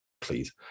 Please